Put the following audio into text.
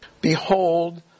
behold